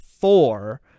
four